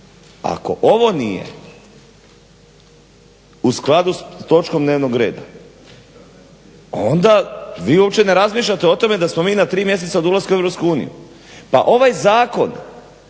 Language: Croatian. Ako ovo nije u skladu sa točkom dnevnog reda, onda vi uopće ne razmišljate o tome da smo mi na tri mjeseca od ulaska u EU. Pa ovaj zakon